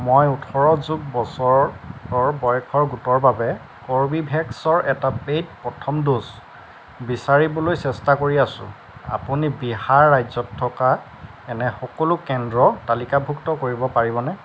মই ওঠৰ যোগ বছৰ বয়সৰ গোটৰ বাবে কৰ্বীভেক্সৰ এটা পে'ইড প্ৰথম ড'জ বিচাৰিবলৈ চেষ্টা কৰি আছোঁ আপুনি বিহাৰ ৰাজ্যত থকা এনে সকলো কেন্দ্ৰ তালিকাভুক্ত কৰিব পাৰিবনে